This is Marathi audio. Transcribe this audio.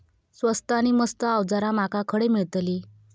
स्वस्त नी मस्त अवजारा माका खडे मिळतीत?